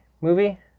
movie